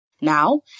Now